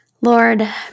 Lord